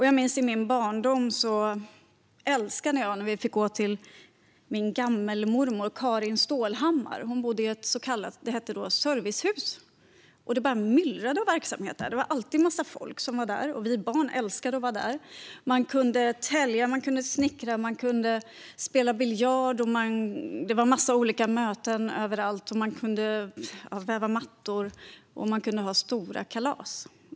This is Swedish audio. Jag minns i min barndom att jag älskade när vi fick gå till min gammelmormor Karin Stålhammar. Hon bodde i något som då hette servicehus, och det bara myllrade av verksamhet där. Det var alltid en massa folk, och vi barn älskade att vara där. Man kunde tälja, snickra och spela biljard. Det var en massa olika möten överallt, och man kunde väva mattor och ha stora kalas.